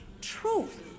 truth